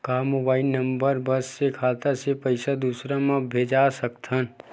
का mobile number बस से खाता से पईसा दूसरा मा भेज सकथन?